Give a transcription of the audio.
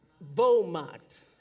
Beaumont